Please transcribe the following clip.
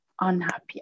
unhappy